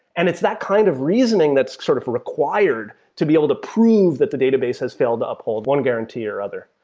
and it's that kind of reasoning that's sort of required to be able to prove that the database has failed to uphold one guaranty or other.